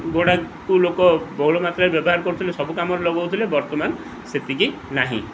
ଘୋଡ଼ାକୁ ଲୋକ ବହୁଳ ମାତ୍ରାରେ ବ୍ୟବହାର କରୁଥିଲେ ସବୁ କାମରେ ଲଗାଉଥିଲେ ବର୍ତ୍ତମାନ ସେତିକି ନାହିଁ